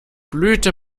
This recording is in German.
blüte